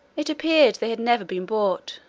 it appeared they had never been bought,